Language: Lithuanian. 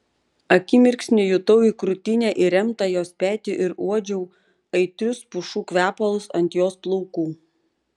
akimirksnį jutau į krūtinę įremtą jos petį ir uodžiau aitrius pušų kvepalus ant jos plaukų